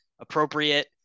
appropriate